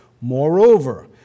Moreover